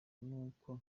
n’uko